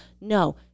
No